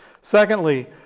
Secondly